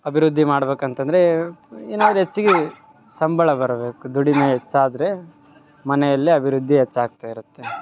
ಅಭಿವೃದ್ಧಿ ಮಾಡ್ಬೇಕು ಅಂತಂದರೆ ಏನಾದರು ಹೆಚ್ಚಿಗಿ ಸಂಬಳ ಬರಬೇಕು ದುಡಿಮೆ ಹೆಚ್ಚಾದರೆ ಮನೆಯಲ್ಲಿ ಅಭಿವೃದ್ಧಿ ಹೆಚ್ಚಾಗ್ತಾ ಇರತ್ತೆ